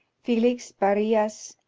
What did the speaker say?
felix barrias,